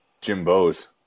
Jimbo's